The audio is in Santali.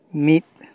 ᱢᱤᱫ